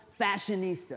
fashionista